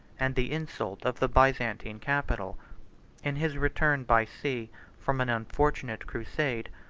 and the insult of the byzantine capital in his return by sea from an unfortunate crusade,